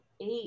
eight